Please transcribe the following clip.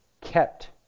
kept